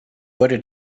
wurde